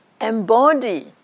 embody